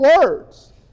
words